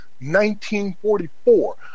1944